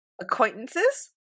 Acquaintances